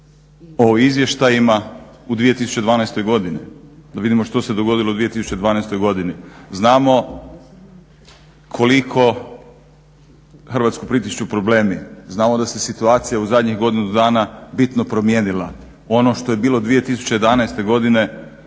o izvještajima u 2012. godini da vidimo što se dogodilo u 2012. godini. Znamo koliko Hrvatsku pritišću problemi, znamo da se situacija u zadnjih godinu dana bitno promijenila. Ono što je bilo 2011. godine